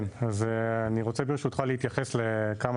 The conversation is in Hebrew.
אז אני רוצה ברשותך להתייחס לכמה